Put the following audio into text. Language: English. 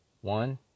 One